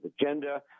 agenda